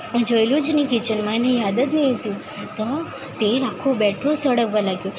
જોયેલું જ નઇ કિચનમાં એને યાદ જ નહીં હતું તો તેલ આખું બેઠું સળગવા લાગ્યું